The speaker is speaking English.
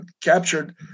captured